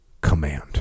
command